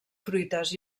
fruites